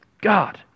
God